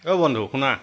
অঁ বন্ধু শুনা